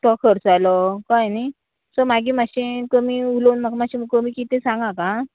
तो खर्च आयलो कळें न्ही सो मागीर मातशें कमी उलोवन म्हाका मातशें कमी कितें तें सांगाक आं